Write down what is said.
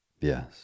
Yes